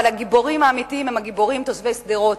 אבל הגיבורים האמיתיים הם הגיבורים תושבי שדרות,